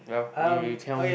well you you tell me